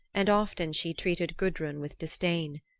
and often she treated gudrun with disdain.